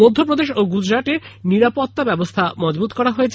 মধ্যপ্রদেশ ও গুজরাতে নিরাপত্তা ব্যবস্থা মজবুত করা হয়েছে